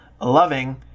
loving